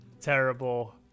terrible